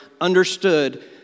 understood